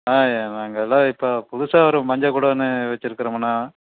ஆ நாங்கள் அதுதான் இப்போ புதுசாக ஒரு மஞ்சள் குடோனு வச்சிருக்குறோங்கண்ணா